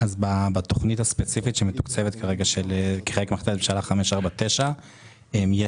בתוכנית הספציפית שמתוקצבת כרגע כחלק מהחלטת הממשלה 549 יש